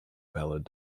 valid